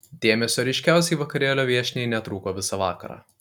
dėmesio ryškiausiai vakarėlio viešniai netrūko visą vakarą